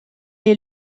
est